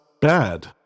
bad